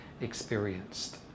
experienced